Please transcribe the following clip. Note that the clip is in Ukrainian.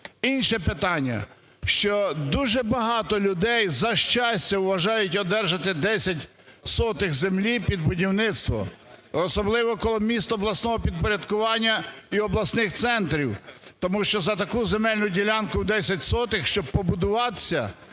Інше питання, що дуже багато людей за щастя вважаються одержати 10 сотих землі під будівництво, особливо коли місто обласного підпорядкування і обласних центрів, тому що за таку земельну ділянку в 10 сотих, щоб побудуватися